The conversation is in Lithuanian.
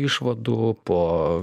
išvadų po